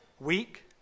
weak